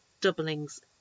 doublings